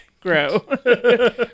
grow